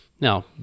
Now